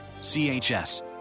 CHS